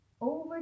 over